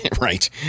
Right